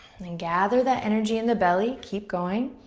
then gather that energy in the belly. keep going.